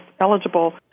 eligible